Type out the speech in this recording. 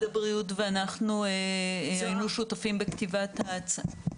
הבריאות ואנחנו היינו שותפים בכתיבת ההצעה.